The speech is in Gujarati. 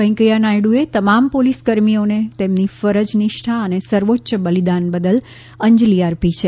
વેંકૈયા નાયડુએ તમામ પોલીસ કર્મીઓને તેમની ફરજ નિષ્ઠા અને સર્વોચ્ય બલિદાન બદલ અંજલિ અર્પી છે